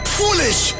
foolish